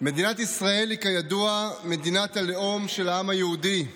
מדינת ישראל היא כידוע מדינת הלאום של העם היהודי.